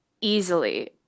easily